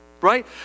Right